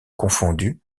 confondues